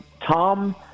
Tom